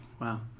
wow